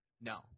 No